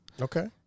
Okay